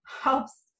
helps